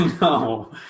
no